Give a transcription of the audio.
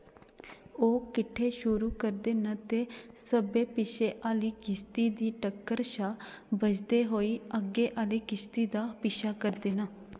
ओह् किट्ठे शुरू करदे न ते सब्भै पिच्छे आह्ली किश्ती दी टक्कर शा बचदे होई अग्गें आह्ली किश्ती दा पीछा करदे न